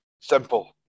Simple